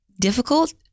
difficult